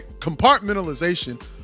compartmentalization